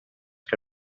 que